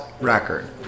record